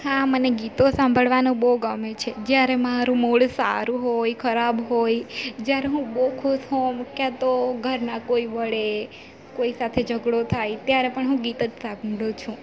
હાં મને ગીતો સાંભળવાનું બહુ ગમે છે જ્યારે મારું મૂડ સારું હોય ખરાબ હોય જ્યારે હું બહુ ખુશ હોઉં ક્યાં તો ઘરના કોઈ વઢે કોઈ સાથે ઝગડો થાય ત્યારે પણ હું ગીત જ સાંભળું છું